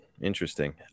Interesting